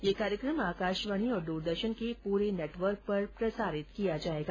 ये कार्यक्रम आकाशवाणी और द्रदर्शन के पूरे नेटवर्क पर प्रसारित किया जायेगा